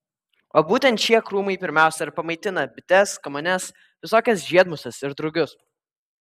o būtent šie krūmai pirmiausia ir pamaitina bites kamanes visokias žiedmuses ir drugius